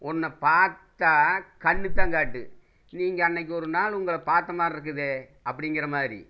ஒன்றை பார்த்தா கண்ணுதான் காட்டும் நீங்கள் அன்னைக்கி ஒரு நாள் உங்களை பார்த்த மாதிரி இருக்குதே அப்படிங்கிற மாதிரி